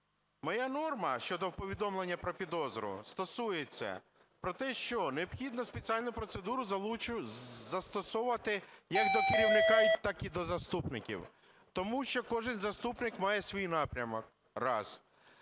Моя норма щодо повідомлення про підозру стосується про те, що необхідно спеціальну процедуру застосовувати як до керівника, так і до заступників. Тому що кожен заступник має свій напрямок